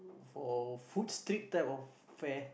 for food street type of fare